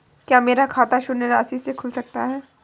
क्या मेरा खाता शून्य राशि से खुल सकता है?